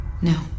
No